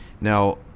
now